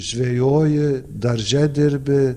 žvejoji darže dirbi